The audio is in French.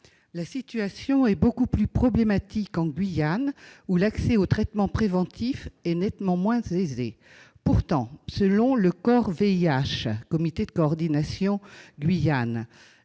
La situation est beaucoup plus problématique en Guyane, où l'accès aux traitements préventifs est nettement moins aisé. Pourtant, selon le comité de coordination